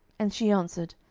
and she answered,